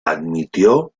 admitió